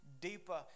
deeper